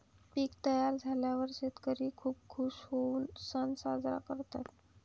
पीक तयार झाल्यावर शेतकरी खूप खूश होऊन सण साजरा करतात